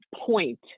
point